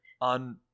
on